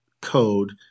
code